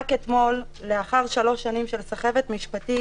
רק אתמול לאחר שלוש שנים של סחבת משפטית